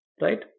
right